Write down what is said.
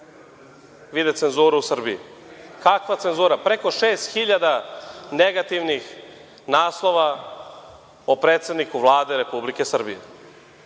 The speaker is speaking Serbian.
vide cenzuru u Srbiji. Kakva cenzura. Preko 6000 negativnih naslova o predsedniku Vlade Republike Srbije.